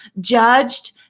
judged